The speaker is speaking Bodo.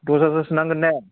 दस हाजारसो नांगोन ने